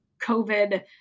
COVID